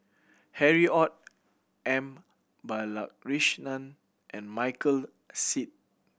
Harry Ord M Balakrishnan and Michael Seet